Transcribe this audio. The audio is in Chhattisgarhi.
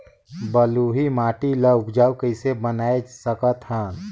बलुही माटी ल उपजाऊ कइसे बनाय सकत हन?